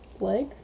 leg